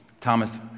Thomas